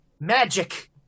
Magic